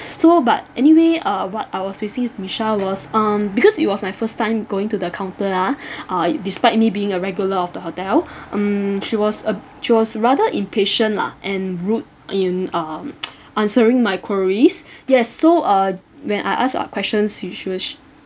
so but anyway uh what I was facing with michelle was um because it was my first time going to the counter ah uh despite me being a regular of the hotel um she was um she was rather impatient lah and rude in um answering my queries yes so uh when I ask uh questions she she was